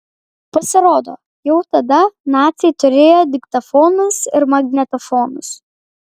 pasirodo jau tada naciai turėjo diktofonus ir magnetofonus